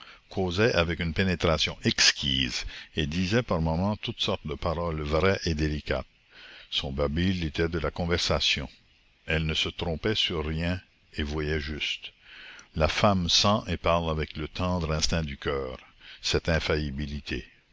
causait avec une pénétration exquise et disait par moments toutes sortes de paroles vraies et délicates son babil était de la conversation elle ne se trompait sur rien et voyait juste la femme sent et parle avec le tendre instinct du coeur cette infaillibilité